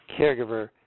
Caregiver